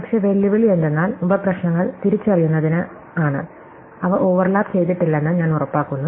പക്ഷേ വെല്ലുവിളി എന്തെന്നാൽ ഉപപ്രശ്നങ്ങൾ തിരിച്ചറിയുന്നതിൽ ആണ് അവ ഓവർലാപ്പ് ചെയ്തിട്ടില്ലെന്ന് ഞാൻ ഉറപ്പാക്കുന്നു